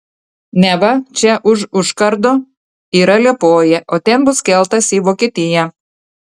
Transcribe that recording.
neva čia už užkardo yra liepoja o ten bus keltas į vokietiją